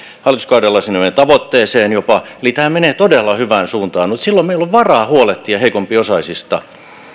hallituskaudella sinne meidän tavoitteeseemme jopa eli tämä menee todella hyvään suuntaan silloin meillä on varaa huolehtia heikompiosaisista